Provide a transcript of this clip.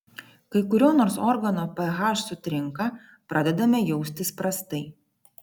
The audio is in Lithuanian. kai kurio nors organo ph sutrinka pradedame jaustis prastai